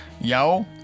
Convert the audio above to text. Yo